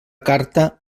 carta